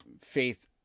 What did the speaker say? faith